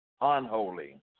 unholy